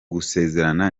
gusezerana